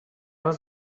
was